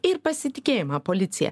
ir pasitikėjimą policija